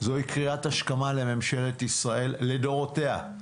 זוהי קריאת השכמה לממשלת ישראל לדורותיה.